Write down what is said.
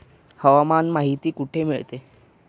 हवामान माहिती कुठे मिळते?